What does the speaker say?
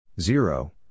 Zero